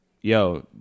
yo